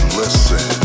listen